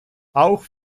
auch